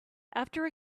after